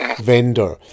vendor